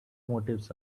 motives